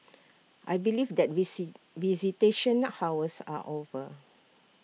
I believe that we see visitation hours are over